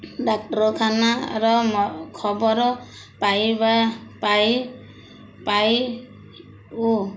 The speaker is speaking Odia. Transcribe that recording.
ଡାକ୍ତରଖାନାର ଖବର ପାଇବା ପାଇ ପାଇ ଓ